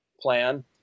plan